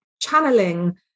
channeling